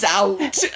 out